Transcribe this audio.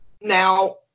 Now